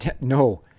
No